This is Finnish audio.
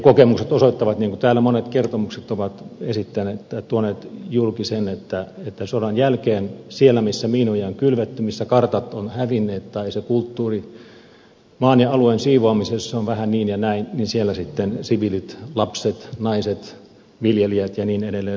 kokemukset osoittavat niin kuin täällä monet kertomukset ovat tuoneet julki että sodan jälkeen siellä missä miinoja on kylvetty missä kartat ovat hävinneet tai se kulttuuri maan ja alueen siivoamisessa on vähän niin ja näin sitten siviilit lapset naiset viljelijät ja niin edelleen